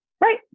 right